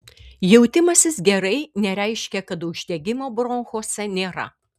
jautimasis gerai nereiškia kad uždegimo bronchuose nėra